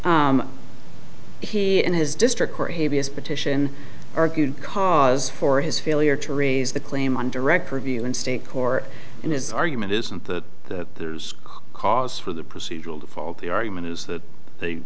he and his district court heaviest petition argued cause for his failure to raise the claim on direct review and state court in his argument isn't that there's cause for the procedural default the argument is that the